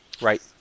Right